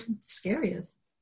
scariest